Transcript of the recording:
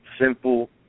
simple